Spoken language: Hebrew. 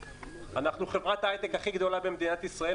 אנחנו חברת ההייטק הכי גדולה במדינת ישראל,